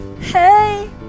Hey